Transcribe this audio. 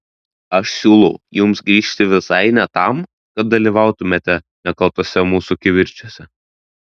aš siūlau jums grįžti visai ne tam kad dalyvautumėte nekaltuose mūsų kivirčuose